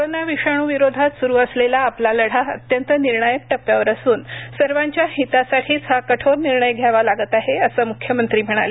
corona विषाणू विरोधात सुरू असलेला आपला लढा अत्यंत निर्णायक टप्प्यावर असून सर्वांच्या हितासाठीच हा कठोर निर्णय घ्यावा लागत आहे असं मुख्यमंत्री म्हणाले